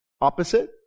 opposite